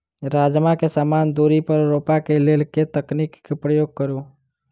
राजमा केँ समान दूरी पर रोपा केँ लेल केँ तकनीक केँ प्रयोग करू?